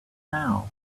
now